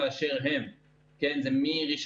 כן חשוב לי